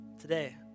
today